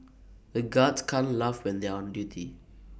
the guards can't laugh when they are on duty